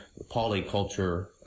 polyculture